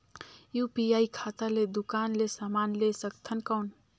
UPI खाता ले दुकान ले समान ले सकथन कौन?